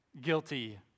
guilty